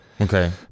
okay